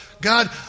God